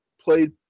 played